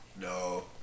No